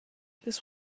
this